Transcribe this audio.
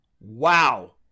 Wow